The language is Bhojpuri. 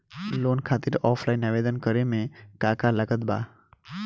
लोन खातिर ऑफलाइन आवेदन करे म का का लागत बा?